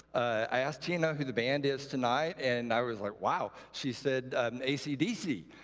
i asked tina who the band is tonight. and i was, like, wow. she said ac dc.